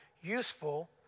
useful